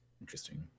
Interesting